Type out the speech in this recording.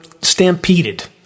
stampeded